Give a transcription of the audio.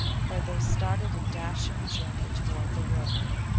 where they started a dashing journey toward the river.